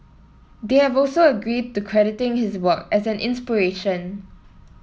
they have also agreed to crediting his work as an inspiration